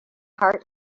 heart